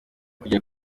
kugera